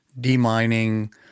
demining